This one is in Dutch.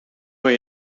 van